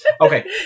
Okay